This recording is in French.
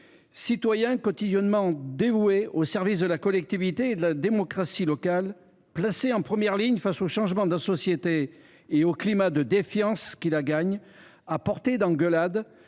Citoyens quotidiennement dévoués au service de la collectivité et de la démocratie locale, placés en première ligne face au changement de la société et au climat de défiance qui la gagne, à portée d’engueulade,